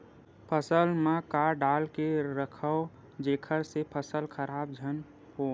फसल म का डाल के रखव जेखर से फसल खराब झन हो?